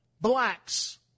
blacks